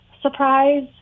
Surprise